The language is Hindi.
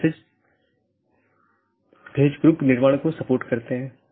BGP वेरजन 4 में बड़ा सुधार है कि यह CIDR और मार्ग एकत्रीकरण को सपोर्ट करता है